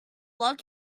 log